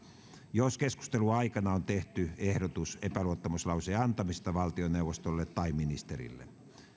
jos keskustelun aikana on tehty ehdotus epäluottamuslauseen antamisesta valtioneuvostolle tai ministerille